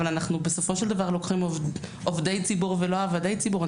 אבל אנחנו בסופו של דבר לוקחים עובדי ציבור ולא עבדי ציבור.